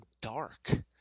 dark